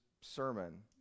sermon